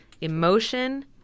emotion